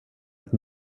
ett